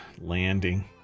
landing